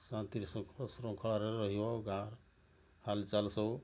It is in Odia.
ଶାନ୍ତି ଶୃଙ୍ଖଳାରେ ରହିବ ଗାଁ ହାଲ ଚାଲ ସବୁ